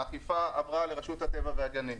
האכיפה עברה לרשות הטבע והגנים.